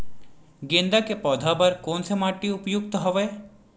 गेंदा के पौधा बर कोन से माटी उपयुक्त हवय?